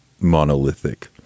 monolithic